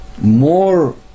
more